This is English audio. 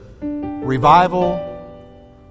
revival